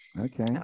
okay